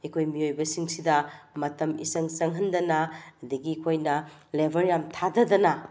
ꯑꯩꯈꯣꯏ ꯃꯤꯑꯣꯏꯕꯁꯤꯡꯁꯤꯗ ꯃꯇꯝ ꯏꯆꯪ ꯆꯪꯍꯟꯗꯅ ꯑꯗꯒꯤ ꯑꯩꯈꯣꯏꯅ ꯂꯦꯕ꯭ꯔ ꯌꯥꯝ ꯊꯥꯗꯗꯅ